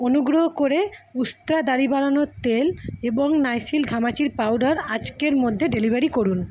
অনুগ্রহ করে উস্ত্রা দাড়ি বাড়ানোর তেল এবং নাইসিল ঘামাচির পাউডার আজকের মধ্যে ডেলিভারি করুন